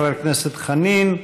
חברי הכנסת חנין,